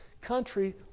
country